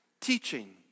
teaching